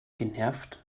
genervt